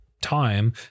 time